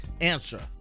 answer